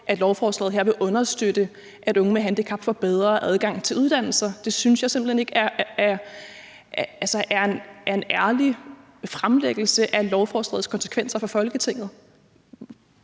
at lovforslaget her vil understøtte, at unge med handicap får bedre adgang til uddannelser. Det synes jeg simpelt hen ikke er en ærlig fremlæggelse af lovforslagets konsekvenser for Folketinget.